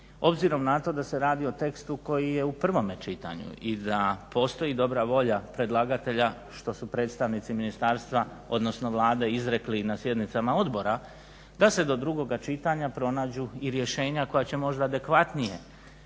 obzirom na to da se radi o tekstu koji je u prvome čitanju i da postoji dobra volja predlagatelja što su predstavnici ministarstva odnosno Vlade izrekli na sjednicama odbora da se do drugoga čitanja pronađu i rješenja koja će možda adekvatnije